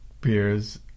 beers